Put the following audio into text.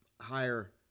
higher